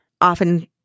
often